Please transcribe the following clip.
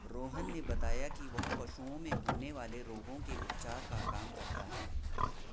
रोहन ने बताया कि वह पशुओं में होने वाले रोगों के उपचार का काम करता है